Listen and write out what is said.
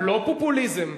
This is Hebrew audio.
לא פופוליזם,